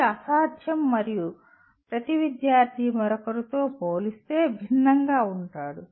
ఇది అసాధ్యం మరియు ప్రతి విద్యార్థి మరొకరితో పోలిస్తే భిన్నంగా ఉంటారు